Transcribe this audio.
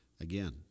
Again